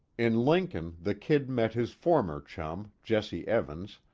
in lincoln the kid met his former chum, jesse evans,